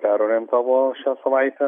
perorientavo šią savaitę